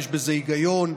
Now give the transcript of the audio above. יש בזה היגיון.